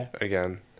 again